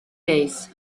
days